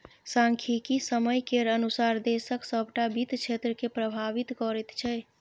सांख्यिकी समय केर अनुसार देशक सभटा वित्त क्षेत्रकेँ प्रभावित करैत छै